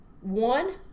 one